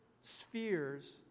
spheres